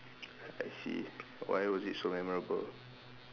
I see why was it so memorable